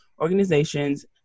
organizations